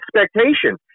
expectation